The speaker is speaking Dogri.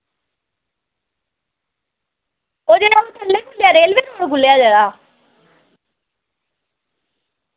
ओह् जेह्ड़ा नमां रेलवे पुल खु'ल्लेआ जेह्ड़ा